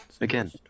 Again